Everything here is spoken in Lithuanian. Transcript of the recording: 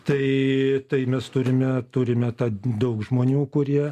tai tai mes turime turime tą daug žmonių kurie